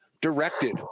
directed